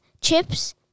chips